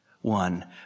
One